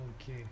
Okay